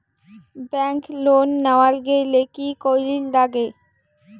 Bank loan নেওয়ার গেইলে কি করীর নাগে?